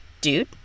dude